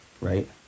right